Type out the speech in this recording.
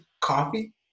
coffee